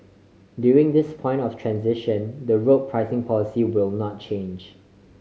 during this point of transition the road pricing policy will not change